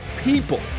people